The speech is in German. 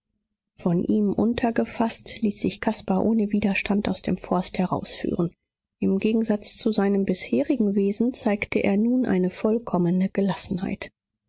von ihm untergefaßt ließ sich caspar ohne widerstand aus dem forst herausführen im gegensatz zu seinem bisherigen wesen zeigte er nun eine vollkommene gelassenheit